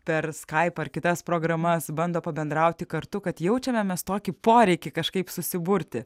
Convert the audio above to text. per skaip ar kitas programas bando pabendrauti kartu kad jaučiame tokį poreikį kažkaip susiburti